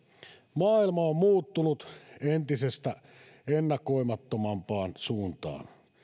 maailma on muuttunut entistä ennakoimattomampaan suuntaan